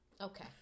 Okay